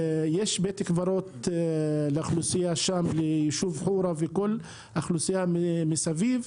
יש בית קברות לאוכלוסייה של היישוב חורה וכל האוכלוסייה מסביב.